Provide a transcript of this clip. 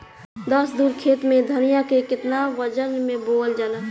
दस धुर खेत में धनिया के केतना वजन मे बोवल जाला?